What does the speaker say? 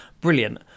brilliant